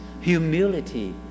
humility